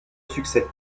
succès